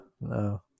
No